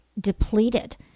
depleted